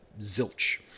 zilch